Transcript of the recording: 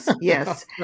Yes